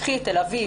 קחי את תל אביב,